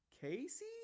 Casey